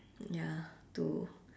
ya to